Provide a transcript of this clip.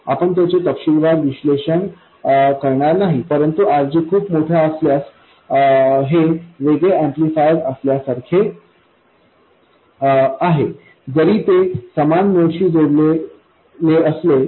आपण त्याचे तपशीलवार विश्लेषण करणार नाही परंतु RG खूप मोठा असल्यास हे वेगळे एम्पलीफायर असल्यासारखे आहे जरी ते समान नोडशी जोडलेले असले तरी